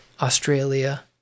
Australia